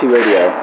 Radio